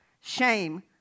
shame